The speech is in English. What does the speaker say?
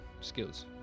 skills